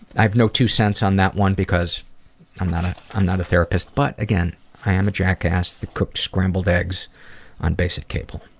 i have no two cents on that one because i'm not ah i'm not a therapist, but again i am a jackass that cooked scrambled eggs on basic cable.